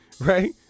right